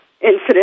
incident